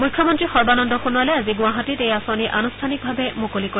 মুখ্যমন্ত্ৰী সৰ্বানন্দ সোণোৱালে আজি গুৱাহাটীত এই আঁচনি আনুষ্ঠানিকভাৱে মুকলি কৰিব